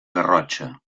garrotxa